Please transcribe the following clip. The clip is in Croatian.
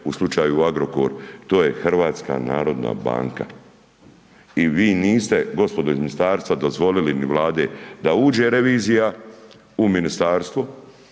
u slučaju Agrokor, to je HNB i vi niste, gospodo iz ministarstva dozvolili u ime Vlade da uđe revizija u ministarstvo,